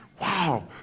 wow